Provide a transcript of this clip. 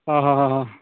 अ अ